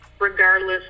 regardless